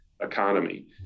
economy